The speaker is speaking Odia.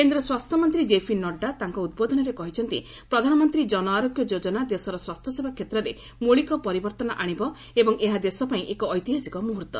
କେନ୍ଦ୍ର ସ୍ୱାସ୍ଥ୍ୟମନ୍ତ୍ରୀ କେପି ନଡ୍ରା ତାଙ୍କ ଉଦ୍ବୋଧନରେ କହିଛନ୍ତି ପ୍ରଧାନମନ୍ତ୍ରୀ ଜନ ଆରୋଗ୍ୟ ଯୋଜନା ଦେଶର ସ୍ୱାସ୍ଥ୍ୟସେବା କ୍ଷେତ୍ରରେ ମୌଳିକ ପରିବର୍ତ୍ତନ ଆଣିବ ଏବଂ ଏହା ଦେଶପାଇଁ ଏକ ଐତିହାସିକ ମୁହର୍ତ୍ତ